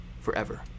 forever